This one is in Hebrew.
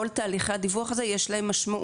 כל תהליכי הדיווח האלה הם בעלי משמעות.